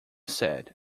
said